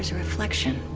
reflection.